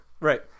Right